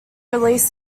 release